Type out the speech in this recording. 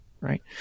right